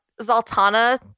Zoltana